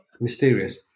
mysterious